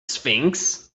sphinx